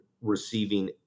receiving